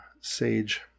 sage